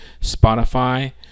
Spotify